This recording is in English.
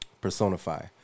personify